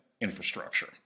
infrastructure